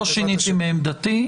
לא שיניתי מעמדתי,